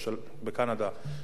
קנדה,